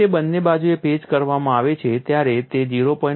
જ્યારે તે બંને બાજુએ પેચ કરવામાં આવે છે ત્યારે તે 0